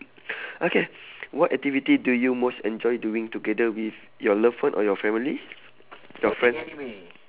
okay what activity do you most enjoy doing together with your love one or your family your friend